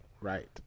right